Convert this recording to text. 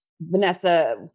Vanessa